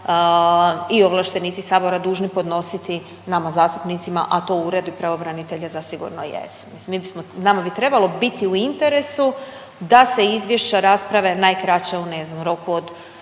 i ovlaštenici sabora dužni podnositi nama zastupnici, a to uredi pravobranitelja zasigurno jesu. Mislim mi bismo, nama bi trebalo biti u interesu da se izvješća rasprave najkraće u ne znam